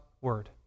word